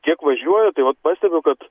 kiek važiuoju tai vat pastebiu kad